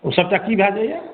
ओ सभटा की भय जाइया